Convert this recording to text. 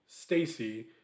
Stacy